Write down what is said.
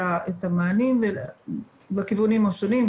את המענים בכיוונים השונים,